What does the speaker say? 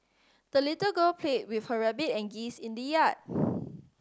the little girl played with her rabbit and geese in the yard